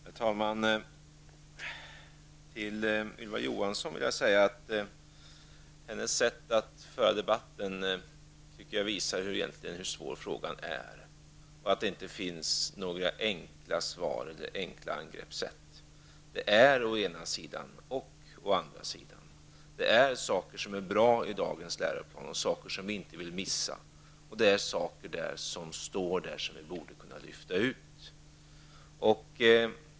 Herr talman! Till Ylva Johansson vill jag säga att hennes sätt att föra debatten visar hur svår frågan egentligen är. Det finns inte några enkla svar eller enkla angreppssätt. Å ena sidan finns det saker i dagens läroplan som är bra. Där finns det sådant som vi inte vill missa. Å andra sidan finns det saker där som vi borde kunna lyfta ut.